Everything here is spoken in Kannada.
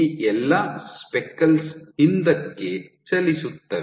ಈ ಎಲ್ಲಾ ಸ್ಪೆಕಲ್ಸ್ ಹಿಂದಕ್ಕೆ ಚಲಿಸುತ್ತವೆ